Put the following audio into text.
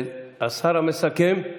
השר מסכם?